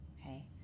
okay